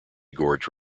gorge